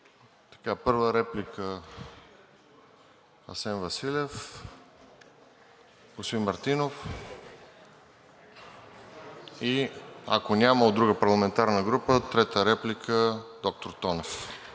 реплика? Първа реплика – Асен Василев, господин Маринов и ако няма от друга парламентарна група, трета реплика – доктор Тонев.